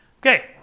Okay